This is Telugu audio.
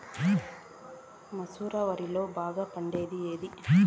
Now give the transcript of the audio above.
మసూర వరిలో బాగా పండేకి ఏది?